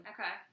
Okay